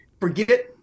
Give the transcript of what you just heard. forget